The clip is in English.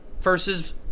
versus